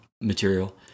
material